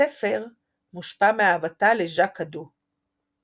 הספר מושפע מאהבתה לז'ק אדו.